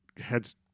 heads